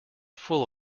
full